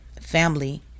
family